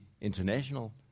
international